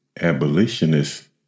abolitionists